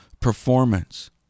performance